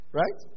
right